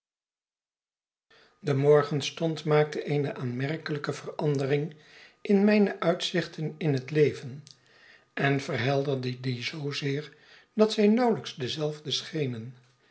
de morgenstond maakte eene aanmerkelijke verandering in mijne uitzichten in het leven en verhelderde die zoozeer dat zij nauwelijks dezelfde schenen